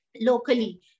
locally